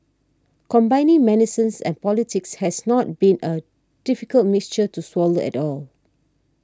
combining medicines and politics has not been a difficult mixture to swallow at all